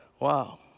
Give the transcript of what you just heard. Wow